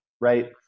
right